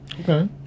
Okay